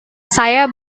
saya